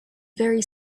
very